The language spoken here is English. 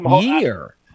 year